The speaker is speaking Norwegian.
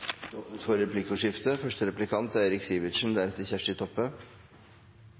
Det åpnes for replikkordskifte.